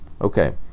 okay